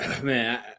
Man